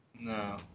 No